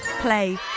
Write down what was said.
Play